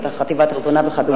בחטיבה התחתונה וכדומה.